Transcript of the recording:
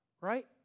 right